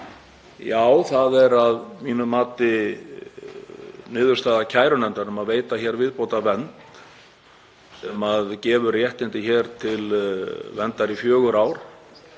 Já, það er að mínu mati niðurstaða kærunefndar að veita viðbótarvernd sem gefur réttindi hér til verndar í fjögur ár.